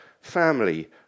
family